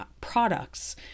products